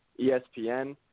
ESPN